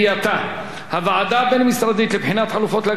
הוועדה הבין-משרדית לבחינת חלופות לאגרת רשות השידור